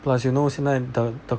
plus you know 现在 the the